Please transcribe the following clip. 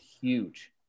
huge